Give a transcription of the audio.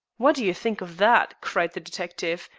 what do you think of that? cried the detective,